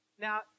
Now